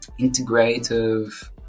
integrative